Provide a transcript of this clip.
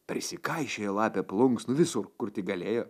prisikaišiojo lapė plunksnų visur kur tik galėjo